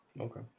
Okay